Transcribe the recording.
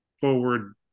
forward